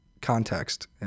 context